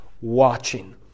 watching